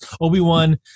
Obi-Wan